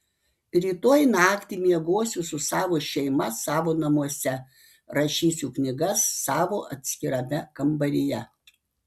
rytoj naktį miegosiu su savo šeima savo namuose rašysiu knygas savo atskirame kambaryje